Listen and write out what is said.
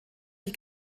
die